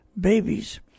babies